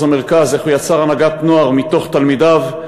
המרכז איך הוא יצר הנהגת נוער מתוך תלמידיו,